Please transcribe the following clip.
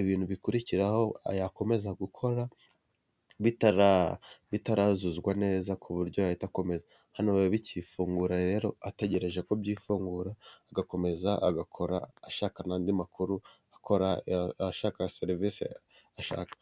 ibintu bikurikiraho ayakomeza gukora bitaruzuswa neza ku buryo ahita akomeza hano biba bikifungura rero ategereje ko byifungura agakomeza agakora ashaka nandi makuru akora ashaka serivisi ashaka.